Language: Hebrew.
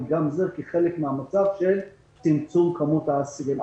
וגם זה כחלק מצמצום כמות האסירים.